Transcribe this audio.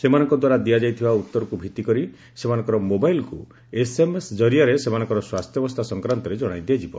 ସେମାନଙ୍କଦ୍ୱାରା ଦିଆଯାଇଥିବା ଉତ୍ତରକ୍ତ ଭିଭିକରି ସେମାନଙ୍କର ମୋବାଇଲ୍କ୍ ଏସ୍ଏମ୍ଏସ୍ ଜରିଆରେ ସେମାନଙ୍କ ସ୍ୱାସ୍ଥ୍ୟାବସ୍ଥା ସଂକ୍ରାନ୍ତରେ ଜଣାଇ ଦିଆଯିବ